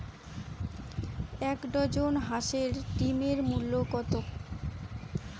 এক ডজন হাঁসের ডিমের মূল্য কত?